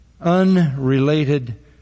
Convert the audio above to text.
unrelated